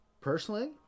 Personally